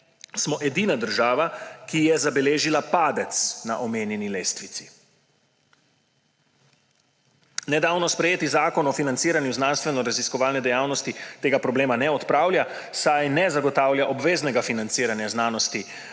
smo edina država, ki je zabeležila padec na omenjeni lestvici. Nedavno sprejeti zakon o financiranju znanstvenoraziskovalne dejavnosti tega problema ne odpravlja, saj ne zagotavlja obveznega financiranja znanosti